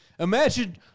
Imagine